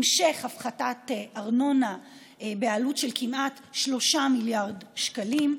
המשך הפחתת ארנונה בעלות של כמעט 3 מיליארד שקלים,